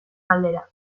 galdera